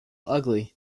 ugly